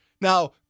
Now